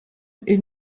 est